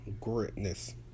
greatness